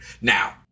Now